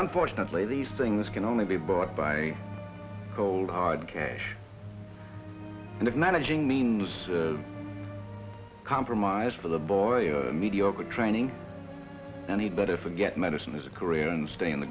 unfortunately these things can only be bought by cold hard cash and if managing means a compromise for the boy or mediocre training any better forget medicine as a career and stay in the